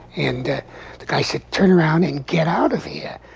and i said turn around and get out of here.